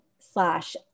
slash